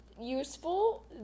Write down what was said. useful